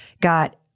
got